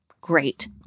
Great